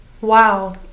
Wow